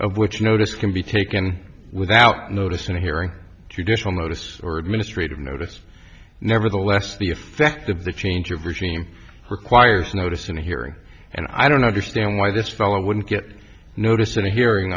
of which notice can be taken without notice and a hearing traditional notice or administrative notice nevertheless the effect of the change of regime requires notice and a hearing and i don't understand why this fellow wouldn't get a notice and a hearing